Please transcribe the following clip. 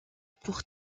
pour